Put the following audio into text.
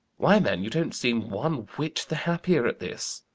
why, man, you don't seem one whit the happier at this!